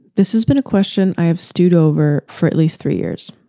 this has been a question i have stewed over for at least three years.